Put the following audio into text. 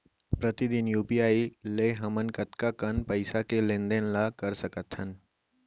प्रतिदन यू.पी.आई ले हमन कतका कन पइसा के लेन देन ल कर सकथन?